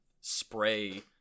spray